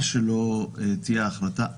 מה שלא תהיה ההחלטה,